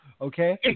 okay